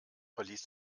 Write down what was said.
verließ